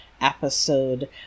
episode